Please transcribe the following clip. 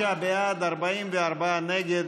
66 בעד, 44 נגד,